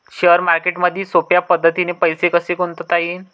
Share मार्केटमधी सोप्या पद्धतीने पैसे कसे गुंतवता येईन?